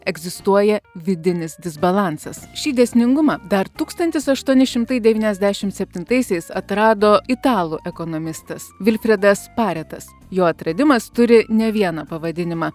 egzistuoja vidinis disbalansas šį dėsningumą dar tūkstantis aštuoni šimtai devyniasdešimt septintaisiais atrado italų ekonomistas vilfredas paretas jo atradimas turi ne vieną pavadinimą